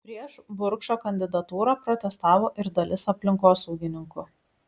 prieš burkšo kandidatūrą protestavo ir dalis aplinkosaugininkų